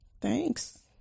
Thanks